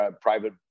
private